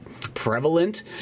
prevalent